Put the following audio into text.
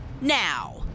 now